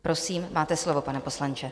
Prosím máte slovo, pane poslanče.